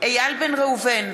איל בן ראובן,